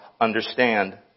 understand